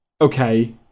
Okay